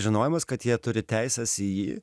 žinojimas kad jie turi teises į jį